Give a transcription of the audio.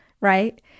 right